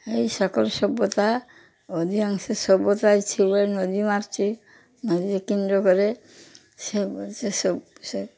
এই সকল সভ্যতা অধিকাংশ সভ্যতাই ছিল নদীমাতৃক নদীকে কেন্দ্র করে সে সভ সে